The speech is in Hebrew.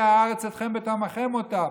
"ולא תקיא הארץ אתכם בטמאכם אֹתה",